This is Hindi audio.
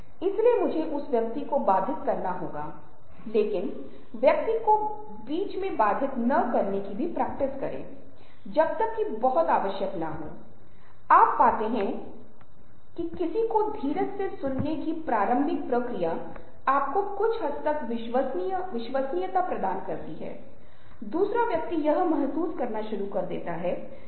इसलिए जब भी उन्हें मौका मिलेगा वे बात करेंगे यदि आप बहुत सरल बात पूछें तो वे एक या दो वाक्यों में नहीं बताएंगे बजाय इसके कि वे कई मिनटों तक बात करते रहेंगे